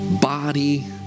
body